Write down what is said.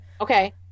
Okay